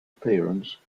appearance